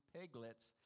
piglets